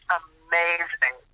amazing